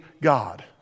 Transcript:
God